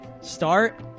start